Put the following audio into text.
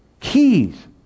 keys